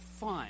fun